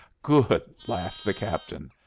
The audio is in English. good! laughed the captain.